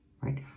right